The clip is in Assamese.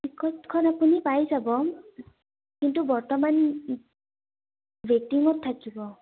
টিকটখন আপুনি পাই যাব কিন্তু বৰ্তমান ৱেটিঙত থাকিব